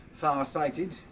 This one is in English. far-sighted